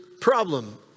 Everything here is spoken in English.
problem